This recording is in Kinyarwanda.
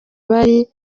bari